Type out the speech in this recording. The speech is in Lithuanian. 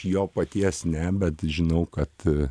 jo paties ne bet žinau kad